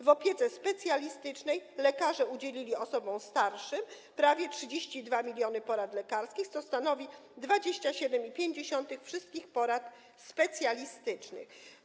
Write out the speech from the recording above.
W opiece specjalistycznej lekarze udzielili osobom starszym prawie 32 mln porad lekarskich, co stanowi 27,5% wszystkich porad specjalistycznych.